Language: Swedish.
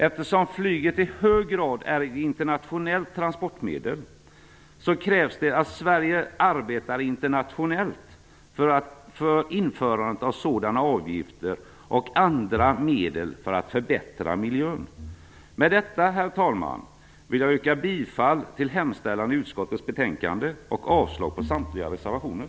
Eftersom flyget i hög grad är ett internationellt transportmedel krävs det att Sverige arbetar internationellt för införandet av sådana avgifter och andra medel för att förbättra miljön. Herr talman! Med det anförda vill jag yrka bifall till hemställan i utskottets betänkande och avslag på samtliga reservationer.